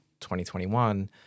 2021